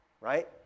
right